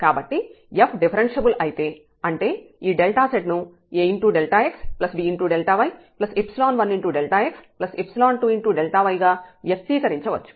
కాబట్టి f differentiable అయితే అంటే ఈ z ను axbΔy1x2y గా వ్యక్తీకరించవచ్చు